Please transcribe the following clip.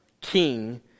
king